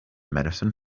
medicine